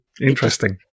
interesting